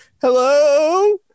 hello